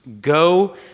go